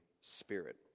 Spirit